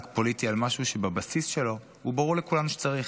פוליטי על משהו שבבסיס שלו ברור לכולם שצריך.